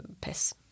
piss